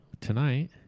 Tonight